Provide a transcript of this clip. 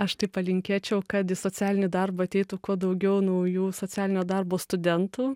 aš tai palinkėčiau kad į socialinį darbą ateitų kuo daugiau naujų socialinio darbo studentų